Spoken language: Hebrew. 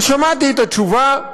שמעתי את התשובה,